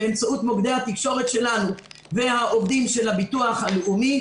באמצעות מוקדי התקשורת שלנו והעובדים של הביטוח הלאומי.